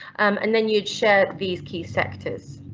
and then you'd share these key sectors.